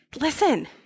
Listen